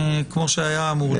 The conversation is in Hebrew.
כמו שהיה אמור להיות.